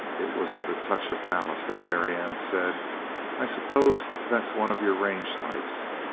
it was with a touch of malice that marianne said i suppose that's one of your range types?